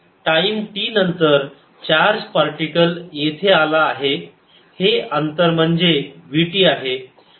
time t नंतर charge particle येथे आला आहे हे अंतर म्हणजे v t आहे